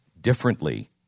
differently